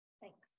Thanks